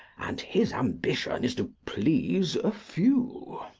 and his ambition is to please a few.